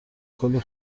کلی